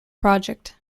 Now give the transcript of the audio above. project